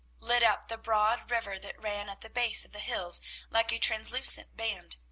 lit up the broad river that ran at the base of the hills like a translucent band,